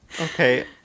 Okay